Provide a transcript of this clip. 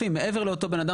כל הווטו הלך